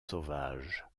sauvages